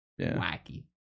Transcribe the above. Wacky